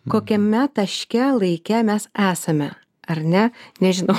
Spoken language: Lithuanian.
kokiame taške laike mes esame ar ne nežinau